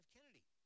Kennedy